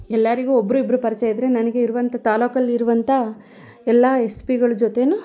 ಎಲ್ಲರಿಗೂ ಒಬ್ರು ಇಬ್ಬರು ಪರಿಚಯ ಇದ್ದರೆ ನನಗೆ ಇರುವಂಥ ತಾಲ್ಲೂಕಲ್ಲಿರುವಂಥ ಎಲ್ಲ ಎಸ್ ಪಿಗಳ ಜೊತೆಯೂ